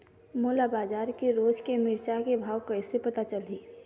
मोला बजार के रोज के मिरचा के भाव कइसे पता चलही?